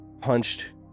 punched